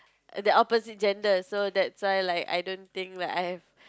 the opposite gender so that's why like I don't think like I have